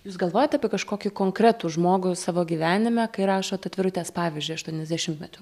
jūs galvojat apie kažkokį konkretų žmogų savo gyvenime kai rašot atvirutes pavyzdžiui aštuoniasdešimtmečiam